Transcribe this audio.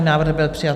Návrh byl přijat.